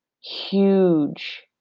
huge